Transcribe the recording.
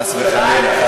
חס וחלילה.